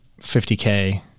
50K